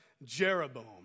Jeroboam